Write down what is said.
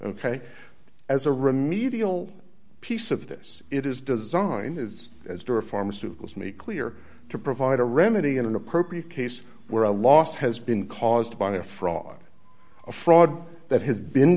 ok as a remedial piece of this it is design is as door pharmaceuticals made clear to provide a remedy in an appropriate case where a loss has been caused by a fraud a fraud that has been